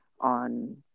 on